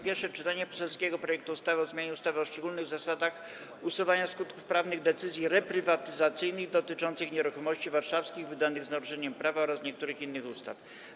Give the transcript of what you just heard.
Pierwsze czytanie poselskiego projektu ustawy o zmianie ustawy o szczególnych zasadach usuwania skutków prawnych decyzji reprywatyzacyjnych dotyczących nieruchomości warszawskich, wydanych z naruszeniem prawa oraz niektórych innych ustaw.